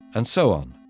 and so on,